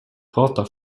prata